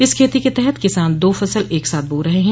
इस खेती के तहत किसान दो फसल एक साथ बो रहे हैं